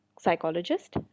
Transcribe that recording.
psychologist